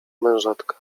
mężatka